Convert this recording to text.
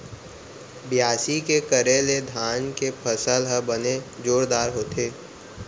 बियासी के करे ले धान के फसल ह बने जोरदार होथे